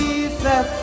Jesus